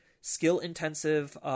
skill-intensive